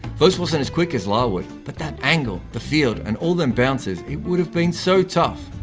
voce wasn't as quick as larwood but that angle, the field, and all them bouncers. it would have been so tough.